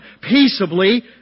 peaceably